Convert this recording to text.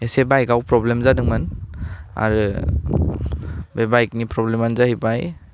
इसे बाइकआव प्रब्लेम जादोंमोन आरो बे बाइकनि प्रब्लेमानो जाहैबाय